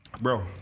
Bro